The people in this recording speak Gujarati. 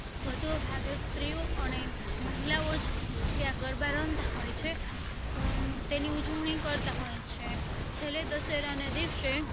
વધુ ભાગે સ્ત્રીઓ અને મહિલાઓ જ ત્યાં ગરબા રમતા હોય છે તેની ઉજવણી કરતા હોય છે છેલ્લે દશેરાને દિવસે